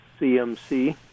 CMC